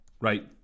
right